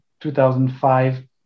2005